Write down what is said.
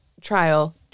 trial